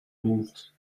moved